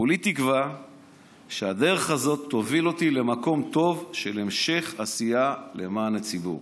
כולי תקווה שהדרך הזאת תוביל אותי למקום טוב של המשך עשייה למען הציבור.